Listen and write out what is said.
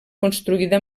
construïda